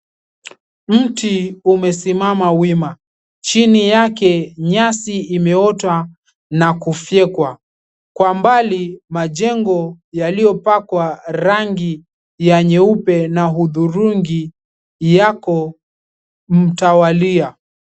Mti umesimama wima. Chini yake, nyasi imeota na kufyekwa. Kwa mbali majengo yaliyopakwa rangi ya nyeupe na huthurungi yako mtawalia.